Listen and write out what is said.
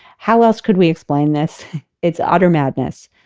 how else could we explain this. it's utter madness.